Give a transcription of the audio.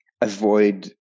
avoid